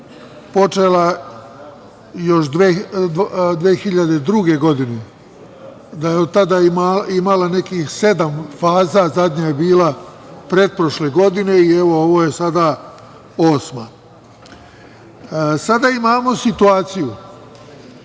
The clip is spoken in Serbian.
počela još 2002. godine, da je od tada imala nekih sedam faza, zadnja je bila pretprošle godine i, evo, ovo je sada osma. Sada imamo situaciju